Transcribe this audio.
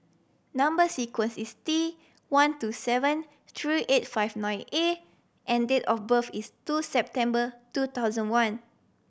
number sequence is T one two seven three eight five nine A and date of birth is two September two thousand one